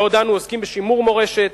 בעוד אנו עוסקים בשימור מורשת,